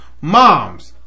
mom's